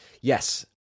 Yes